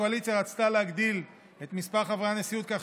הקואליציה רצתה להגדיל את מספר חברי הנשיאות כך